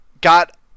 got